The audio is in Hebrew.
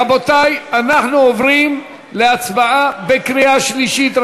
רבותי, אנחנו עוברים להצבעה בקריאה שלישית.